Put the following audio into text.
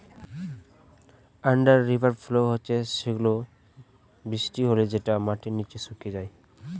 under river flow হচ্ছে সেগুলা বৃষ্টি হলে যেটা মাটির নিচে শুকিয়ে যায়